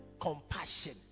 compassion